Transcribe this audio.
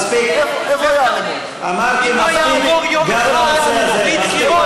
אתה בעד הסכינים וההסתה.